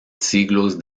siglos